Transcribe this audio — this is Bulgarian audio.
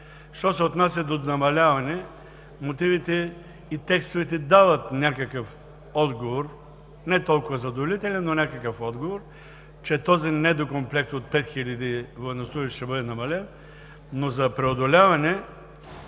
Що се отнася до намаляване, мотивите и текстовете дават някакъв отговор – не толкова задоволителен, но някакъв отговор, че този недокомплект от 5000 военнослужещи ще бъде намален. Но за преодоляване